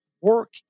work